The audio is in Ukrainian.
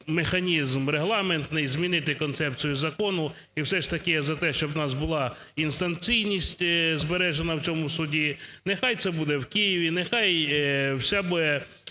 механізм регламентний змінити концепцію закону. І все ж таки я за те, щоб у нас була інстанційність збережена в цьому суді, нехай це буде в Києві, нехай буде…